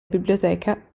biblioteca